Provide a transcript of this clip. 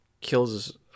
kills